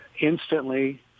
instantly